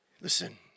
Listen